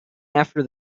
after